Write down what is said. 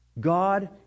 God